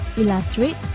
illustrate